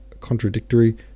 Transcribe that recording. contradictory